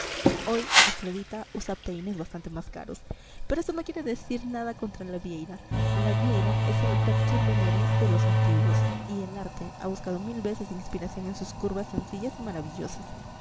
hoy afrodita usa peines bastante más caros pero esto no quiere decir nada contra la vieira la vieira es el pecten veneris de los antiguos y el arte ha buscado mil veces inspiración en sus curvas sencillas y maravillosas